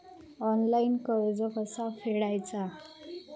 Online कर्ज कसा फेडायचा?